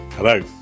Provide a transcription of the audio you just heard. Hello